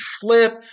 flip